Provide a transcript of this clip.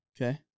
Okay